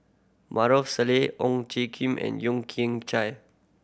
Maarof Salleh Ong J Kim and Yeo Kian Chye